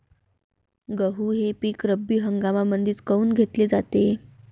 गहू हे पिक रब्बी हंगामामंदीच काऊन घेतले जाते?